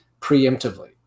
preemptively